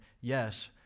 Yes